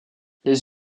les